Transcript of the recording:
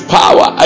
power